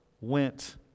went